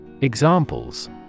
Examples